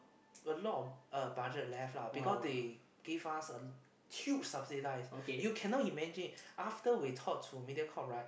a lot of uh budget left lah because they give us a huge subsidize you cannot imagine after we talk to Mediacorp right